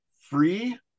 free